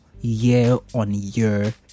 year-on-year